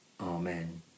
Amen